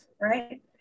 right